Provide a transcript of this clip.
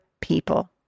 people